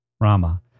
Rama